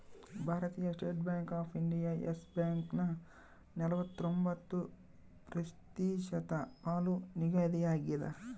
ಭಾರತೀಯ state bank of India yes ಬ್ಯಾಂಕನ ನಲವತ್ರೊಂಬತ್ತು ಪ್ರತಿಶತ ಪಾಲು ನಿಗದಿಯಾಗ್ಯದ